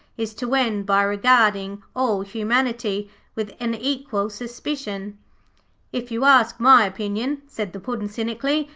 is to end by regarding all humanity with an equal suspicion if you ask my opinion said the puddin' cynically,